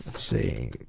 see.